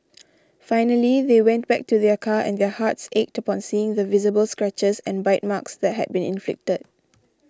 finally they went back to their car and their hearts ached upon seeing the visible scratches and bite marks that had been inflicted